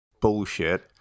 bullshit